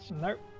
Nope